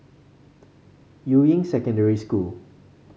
Yuying Secondary School